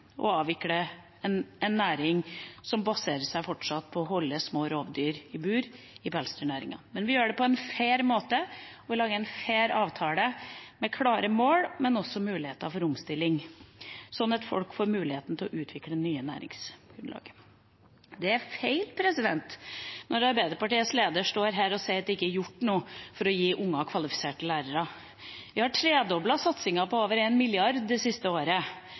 å avvikle en næring som fortsatt baserer seg på å holde små rovdyr i bur – pelsdyrnæringen. Men vi gjør det på en fair måte, og vi lager en fair avtale med klare mål, men også med muligheter for omstilling, sånn at folk får mulighet til å utvikle nye næringsgrunnlag. Det er feil når Arbeiderpartiets leder står her og sier at det ikke er gjort noe for å gi unger kvalifiserte lærere. Vi har tredoblet satsingen på over 1 mrd. kr de siste årene, men vi kommer til å passe på at det